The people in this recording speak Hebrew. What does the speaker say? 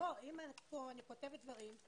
פה אני כותבת דברים,